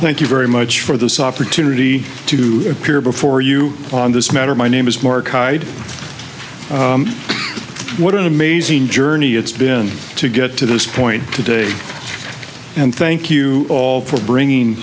thank you very much for this opportunity to appear before you on this matter my name is marc hyde what an amazing journey it's been to get to this point today and thank you all for bringing